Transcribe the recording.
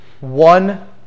one